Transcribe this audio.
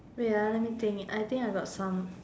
wait ah let me think I think I got some